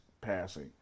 passing